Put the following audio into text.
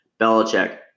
Belichick